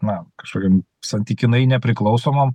na kažkokiam santykinai nepriklausomam